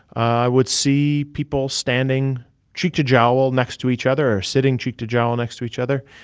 i would see people standing cheek-to-jowl next to each other, or sitting cheek-to-jowl next to each other,